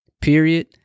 Period